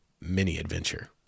mini-adventure